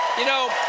you know,